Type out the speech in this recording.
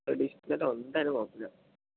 ട്രഡിഷ്ണലോ എന്തായാലും കുഴപ്പമില്ല